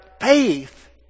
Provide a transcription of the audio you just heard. faith